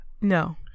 No